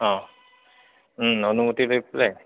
অঁ অনুমতি লৈ পেলাই